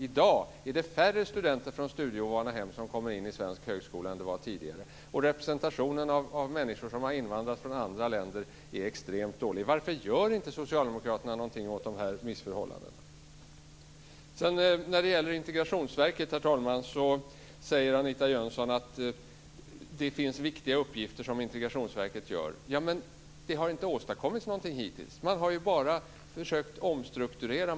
I dag är det färre studenter från studieovana hem som kommer in i svensk högskola än tidigare. Representationen av människor som har invandrat från andra länder är extremt dålig. Varför gör inte socialdemokraterna någonting åt missförhållandena? Herr talman! Anita Jönsson säger att Integrationsverket utför viktiga uppgifter. Men det har inte åstadkommits någonting hittills! Man har bara försökt att omstrukturera.